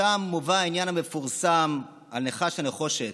שם מובא העניין המפורסם על נחש הנחושת.